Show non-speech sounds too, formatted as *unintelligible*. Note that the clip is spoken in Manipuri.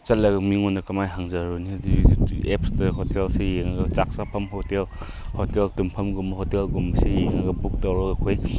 ꯆꯠꯂꯒ ꯃꯤꯉꯣꯟꯗ ꯀꯃꯥꯏꯅ ꯍꯪꯖꯔꯨꯅꯤ *unintelligible* ꯑꯦꯞꯁꯇ ꯍꯣꯇꯦꯜꯁꯤ ꯌꯦꯡꯂꯒ ꯆꯥꯛ ꯆꯥꯐꯝ ꯍꯣꯇꯦꯜ ꯍꯣꯇꯦꯜ ꯇꯨꯝꯐꯃꯒꯨꯝꯕ ꯍꯣꯇꯦꯜꯒꯨꯝꯕꯁꯤ ꯌꯦꯡꯉꯒ ꯕꯨꯛ ꯇꯧꯔꯒ ꯑꯩꯈꯣꯏ